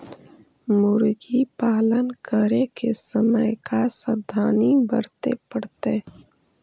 मुर्गी पालन करे के समय का सावधानी वर्तें पड़तई?